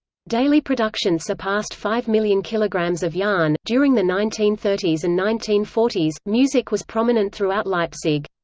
daily production surpassed five million kilograms of yarn during the nineteen thirty s and nineteen forty s, music was prominent throughout leipzig.